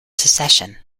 secession